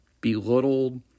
belittled